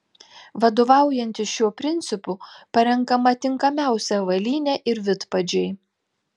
vadovaujantis šiuo principu parenkama tinkamiausia avalynė ir vidpadžiai